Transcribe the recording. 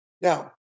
now